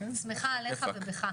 אני שמחה עליך ובך.